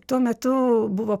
tuo metu buvo